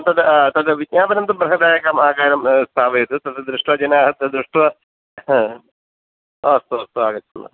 तद् तद् विज्ञापनं तु बृहदेकम् आकारं स्थापयतु तद् दृष्ट्वा जनाः तद् दृष्ट्वा हा अस्तु अस्तु आगच्छामः